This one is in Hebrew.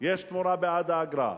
"יש תמורה בעד האגרה".